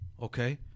Okay